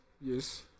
Yes